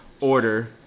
order